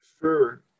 Sure